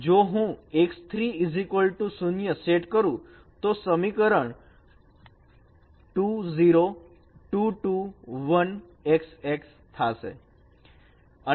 તો જો હું x3 0 સેટ કરું તો સમીકરણ 2 0 2 2 1 x x થાશે